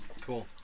Cool